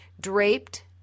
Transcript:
draped